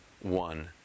one